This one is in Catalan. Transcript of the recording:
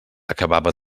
acabava